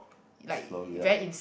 slog it out